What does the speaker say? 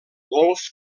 golf